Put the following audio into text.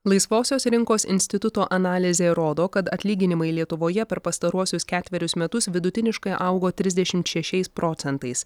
laisvosios rinkos instituto analizė rodo kad atlyginimai lietuvoje per pastaruosius ketverius metus vidutiniškai augo trisdešimt šešiai procentais